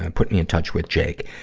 and put me in touch with jake.